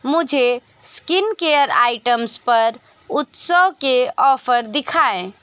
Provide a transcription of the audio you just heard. मुझे skincare items पर उत्सव के ऑफ़र दिखाएँ